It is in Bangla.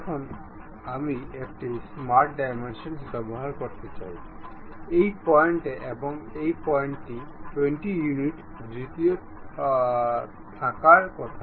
এখন আমি একটি স্মার্ট ডাইমেনশন ব্যবহার করতে চাই এইপয়েন্ট এবং এইপয়েন্ট টি 20 ইউনিট দূরত্বে থাকার কথা